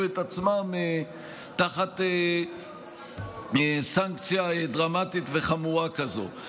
את עצמם תחת סנקציה דרמטית וחמורה כזאת.